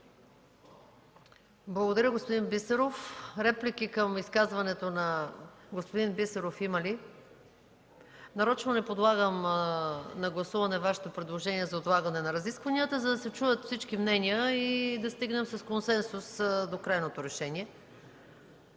Благодаря, господин Бисеров. Реплики към изказването на господин Бисеров има ли? Нарочно не подлагам на гласуване Вашето предложение за отлагане на разискванията, за да се чуят всички мнения и да стигнем с консенсус до крайното решение.